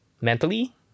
mentally